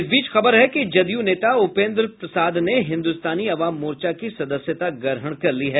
इस बीच खबर है कि जदयू नेता उपेन्द्र प्रसाद ने हिन्दुस्तानी अवाम मोर्चा की सदस्यता ग्रहण कर ली है